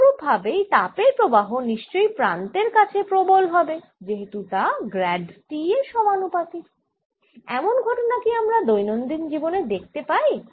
অনুরূপ ভাবেই তাপের প্রবাহ নিশ্চই প্রান্তের কাছে প্রবল হবে যেহেতু তা গ্র্যাড T এর সমানুপাতিক এমন ঘটনা কি আমরা দৈনন্দিন জীবনে দেখতে পাই